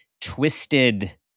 twisted